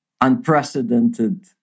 unprecedented